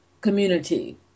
community